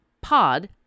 POD